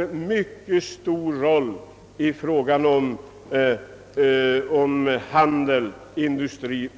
en mycket stor roll för t.ex. handel och industri.